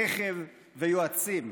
רכב ויועצים.